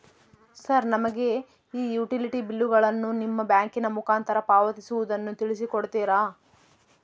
Sir ನಮಗೆ ಈ utility ಬಿಲ್ಲುಗಳನ್ನು ನಿಮ್ಮ ಬ್ಯಾಂಕಿನ ಮುಖಾಂತರ ಪಾವತಿಸುವುದನ್ನು ತಿಳಿಸಿ ಕೊಡ್ತೇರಾ?